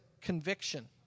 conviction